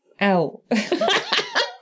Ow